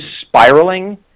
spiraling